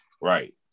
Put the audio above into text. Right